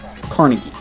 Carnegie